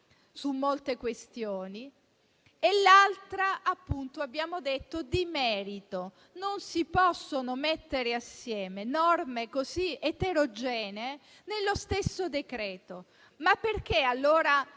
su molte questioni. L'altra questione, come abbiamo detto, è di merito: non si possono mettere assieme norme così eterogenee nello stesso decreto. Ma perché allora